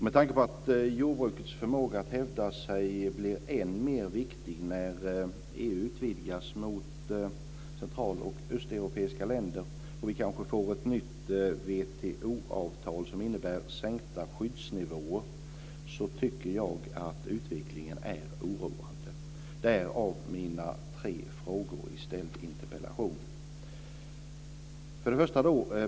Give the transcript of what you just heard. Med tanke på att jordbrukets förmåga att hävda sig blir än mer viktig när EU utvidgas mot central och östeuropeiska länder och vi kanske får ett nytt WTO-avtal som innebär sänkta skyddsnivåer tycker jag att utvecklingen är oroande. Därav mina tre frågor i den ställda interpellationen.